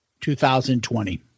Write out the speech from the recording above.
2020